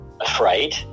afraid